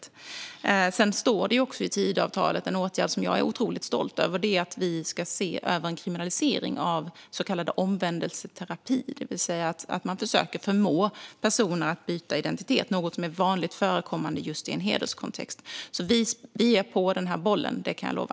I Tidöavtalet står också en åtgärd som jag är otroligt stolt över: Vi ska se över en kriminalisering av så kallad omvändelseterapi, det vill säga att man försöker förmå personer att byta identitet, något som är vanligt förekommande just i en hederskontext. Vi är på den här bollen - det kan jag lova!